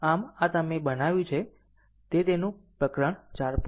આમ આ તમે બનાવ્યું છે તે તેનું પ્રકરણ 4